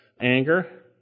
anger